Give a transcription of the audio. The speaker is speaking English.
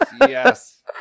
Yes